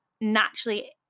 naturally